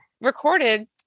recorded